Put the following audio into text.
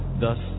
thus